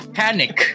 panic